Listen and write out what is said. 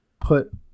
put